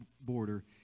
border